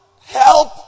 help